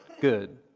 good